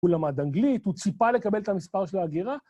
הוא למד אנגלית, הוא ציפה לקבל את המספר של ההגירה.